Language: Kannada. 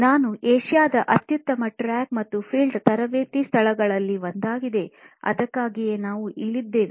ನಾವು ಏಷ್ಯಾದ ಅತ್ಯುತ್ತಮ ಟ್ರ್ಯಾಕ್ ಮತ್ತು ಫೀಲ್ಡ್ ತರಬೇತಿ ಸ್ಥಳಗಳಲ್ಲಿ ಒಂದಾಗಿದೆ ಅದಕ್ಕಾಗಿಯೇ ನಾವು ಇಲ್ಲಿದ್ದೇವೆ